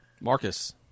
Marcus